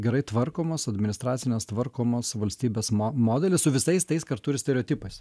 gerai tvarkomos administracinės tvarkomos valstybės mo modelį su visais tais kartu ir stereotipais